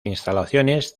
instalaciones